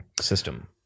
system